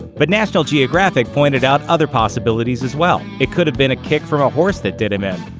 but national geographic pointed out other possibilities as well. it could've been a kick from a horse that did him in,